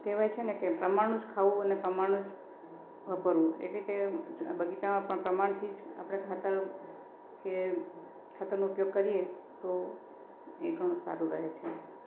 કહેવાય છે ને કે પ્રમાણનું જ ખાઉં અને પ્રમાણનું જ વાપરવું એટલે કે બગીચામાં પણ પ્રમાણથી જ આપડે ખાતર કે ખાતરનો ઉપયોગ કરીએ તો એ ઘણું સારું રહે છે